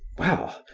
well,